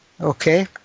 okay